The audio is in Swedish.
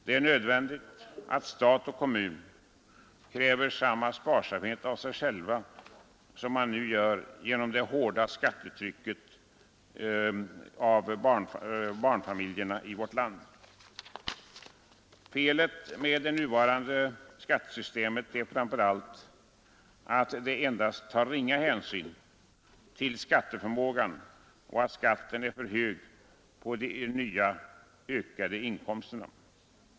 Det är nödvändigt att stat och kommun kräver samma sparsamhet av sig själva som de nu kräver av barnfamiljerna i vårt land genom det hårda skattetrycket. Felet med det nuvarande skattesystemet är framför allt att det endast tar ringa hänsyn till skatteförmågan och att skatten är för hög för de nya ökade inkomsterna.